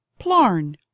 Plarn